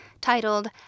titled